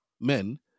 men